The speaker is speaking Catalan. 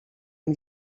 amb